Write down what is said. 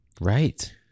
Right